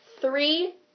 three